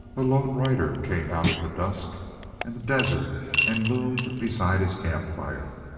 a lone rider came out of the dusk and the desert and loomed beside his campfire.